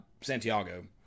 Santiago